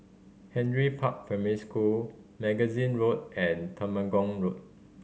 Henry Park Primary School Magazine Road and Temenggong Road